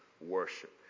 worship